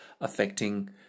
affecting